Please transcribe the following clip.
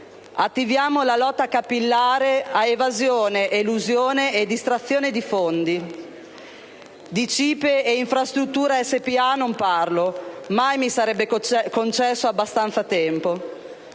Attiviamo la lotta capillare a evasione, elusione e distrazione di fondi. Di CIPE e Infrastrutture SpA non parlo: mai mi sarebbe concesso abbastanza tempo.